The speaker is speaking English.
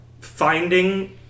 finding